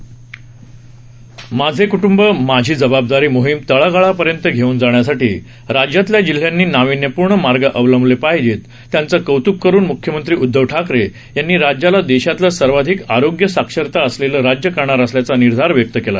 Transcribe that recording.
माझे कुटुंब माझी जबाबदारी मोहीम तळागाळापर्यंत घेऊन जाण्यासाठी राज्यातील जिल्ह्यांनी नाविन्यपूर्ण मार्ग अवलंबिले आहेत त्याचं कौत्क करून मुख्यमंत्री उद्धव ठाकरे यांनी राज्याला देशातलं सर्वाधिक आरोग्य साक्षरता असलेलं राज्य करणार असल्याचा निर्धार व्यक्त केला